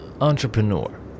entrepreneur